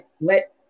let